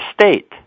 State